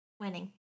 winning